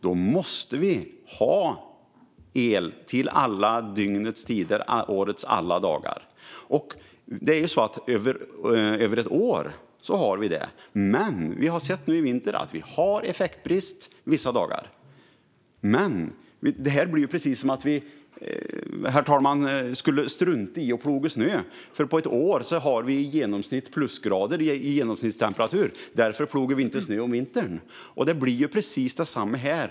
Då måste vi ha el alla dygnets tider årets alla dagar. Över ett år har vi det, men i vinter har vi haft effektbrist vissa dagar. Herr talman! Det är som om vi skulle strunta i att ploga snö på vintern, eftersom årets genomsnittstemperatur är plusgrader. Det blir detsamma här.